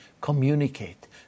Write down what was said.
communicate